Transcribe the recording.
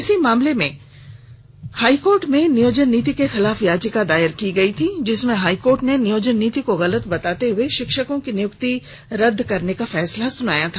इसी मामले में हाईकोर्ट में नियोजन नीति के खिलाफ याचिका दायर की गयी थी जिसमें हाईकोर्ट ने नियोजन नीति को गलत बताते हुए शिक्षकों की नियुक्ति को रद्द करने का फैसला सुनाया था